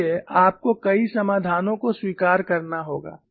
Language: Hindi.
इसलिए आपको कई समाधानों को स्वीकार करना होगा